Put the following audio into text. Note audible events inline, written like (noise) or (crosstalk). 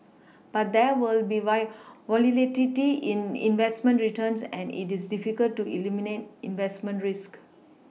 but there will be white (unintelligible) in investment returns and it is difficult to eliminate investment risk